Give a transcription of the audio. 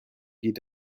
geht